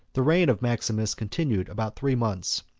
the reign of maximus continued about three months.